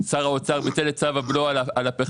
האוצר ביטל את צו הבלו על הפחם.